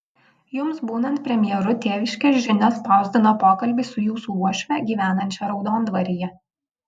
jums būnant premjeru tėviškės žinios spausdino pokalbį su jūsų uošve gyvenančia raudondvaryje